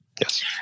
Yes